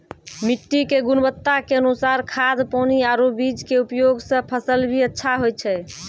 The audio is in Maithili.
मिट्टी के गुणवत्ता के अनुसार खाद, पानी आरो बीज के उपयोग सॅ फसल भी अच्छा होय छै